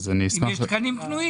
אם יש תקנים פנויים.